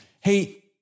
Hey